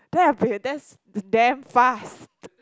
that's damn fast